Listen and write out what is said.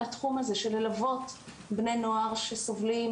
התחום הזה של ללוות בני נוער שסובלים.